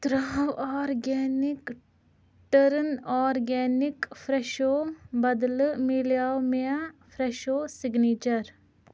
ترٛاو آرگینِک ٹٔرٕن آرگینِک فرٛیٚشو بدلہٕ مِلیٛاو مےٚ فرٛیٚشو سِگنیٖچر